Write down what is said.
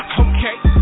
okay